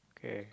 K